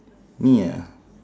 me ah